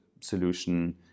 solution